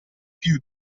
più